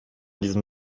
diesem